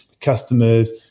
customers